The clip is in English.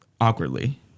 awkwardly